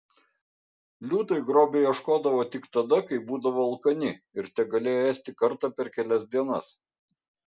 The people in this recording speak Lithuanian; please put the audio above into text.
liūtai grobio ieškodavo tik tada kai būdavo alkani ir tegalėjo ėsti kartą per kelias dienas